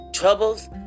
Troubles